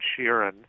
Sheeran